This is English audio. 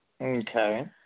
Okay